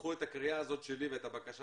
שתיקחו את הקריאה הזאת שלי ואת הבקשה